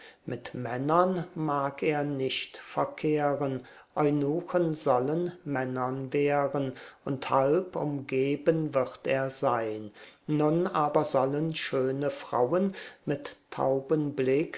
mit männern mag er nicht verkehren eunuchen sollen männern wehren und halb umgeben wird er sein nun aber sollen schöne frauen mit